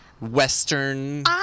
Western